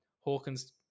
Hawkins